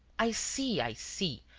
i see, i see!